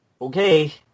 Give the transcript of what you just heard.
okay